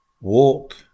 walk